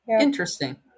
Interesting